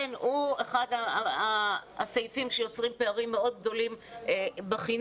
הוא אחד הסעיפים שיוצרים פערים מאוד גדולים בחינוך,